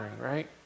right